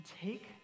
take